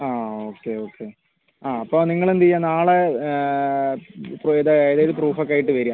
ആ okay okay ആ അപ്പോൾ നിങ്ങളെന്തിയ നാളെ ഇത് ഏതേലും പ്രൂഫൊക്കെ ആയിട്ട് വരുക